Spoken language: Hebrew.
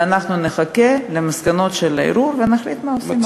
אלא אנחנו נחכה למסקנות של הערעור ונחליט מה עושים הלאה.